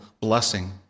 blessing